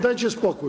Dajcie spokój.